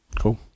Cool